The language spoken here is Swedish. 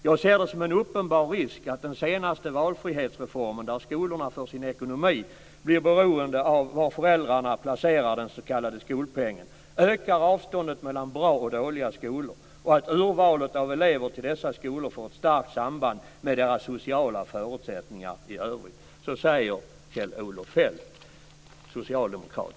Jag ser det som en uppenbar risk att den senaste 'valfrihetsreformen', där skolorna för sin ekonomi blir beroende av var föräldrarna placerar den s k skolpengen, ökar avståndet mellan 'bra' och 'dåliga' skolor. Och att urvalet av elever till dessa skolor får ett starkt samband med deras sociala förutsättningar i övrigt." Så säger Kjell-Olof Feldt, socialdemokrat.